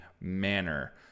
manner